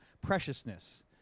preciousness